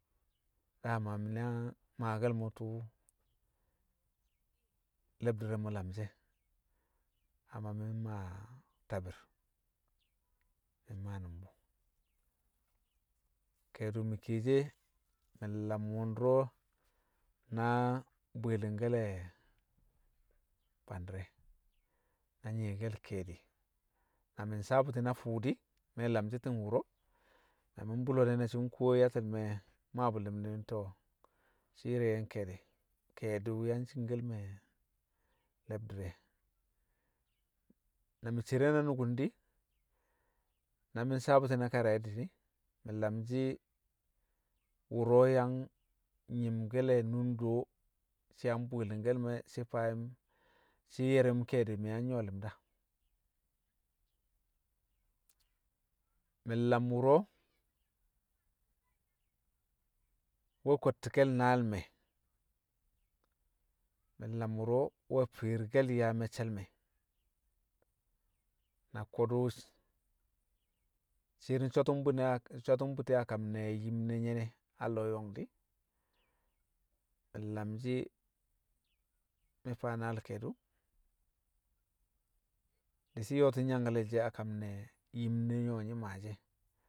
dama mi̱ naa maake̱l mo̱ tu̱u̱ le̱bdi̱r rẹ mo̱ lamshi̱ e̱ amma mi̱ mmaa tabi̱r mi̱ mmaa nṵm bṵ. Ke̱e̱du̱ mi̱ kiyeshi e, mi̱ nlam wu̱ndi̱re̱ o̱ na bwi̱i̱li̱ngke̱le̱ bandi̱re̱ na nyi̱ye̱ke̱le̱ ke̱e̱di̱ na mi̱ nsawe bṵti̱ na fu̱u̱ di, me̱ lamshi̱ ti̱ng wṵro̱ na mi̱ mbṵlo̱ de̱ na shi̱ nkuwo yatti̱l me mmaa bu̱ li̱m di̱, shi̱ ye̱r ye̱ nke̱e̱di̱, ke̱e̱di̱ wṵ yang cingkel me̱ lebdi̱r e̱. Na mi̱ cere na nukun di̱, na mi̱ nsaabṵti̱ na karayatti̱ di̱, mi̱ lamshi̱ wṵro̱ yang nyi̱mke̱le̱ nundo shi yang bwi̱i̱ngke̱l me̱ shi̱ faa yṵm shi̱ yer yi̱m ke̱e̱di̱ mi̱ yang nyṵwa li̱mda. Mi̱ nlam wṵro̱ nwe̱ kwe̱tti̱ke̱l naal me̱, mi̱ nlam wṵro̱ we̱ fi̱i̱rke̱l yaa me̱cce̱l me̱, na ko̱du̱ sh, shi̱i̱r nso̱tu̱ng bu̱ na- nso̱tu̱ng bṵti̱ a kam ne̱ yim ne̱ nye̱ a lo̱o̱ yo̱ng di̱, mi̱ nlam shi̱ mi̱ faa naal ke̱e̱du̱ di̱shi̱ yo̱o̱tin nyangkale̱l she̱ a kam ne̱ yim ne̱ nye̱ o̱ nyi̱ maashi̱ e̱